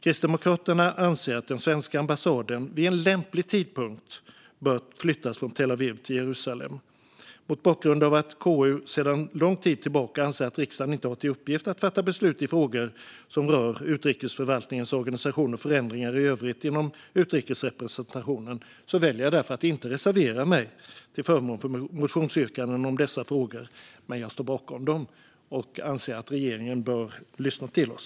Kristdemokraterna anser att den svenska ambassaden vid en lämplig tidpunkt bör flyttas från Tel Aviv till Jerusalem. Mot bakgrund av att KU sedan lång tid tillbaka anser att riksdagen inte har till uppgift att fatta beslut i frågor som rör utrikesförvaltningens organisation eller förändringar i övrigt inom utrikesrepresentationen väljer jag därför att inte reservera mig till förmån för motionsyrkandena om dessa frågor - men jag står bakom dem och anser att regeringen bör lyssna till oss.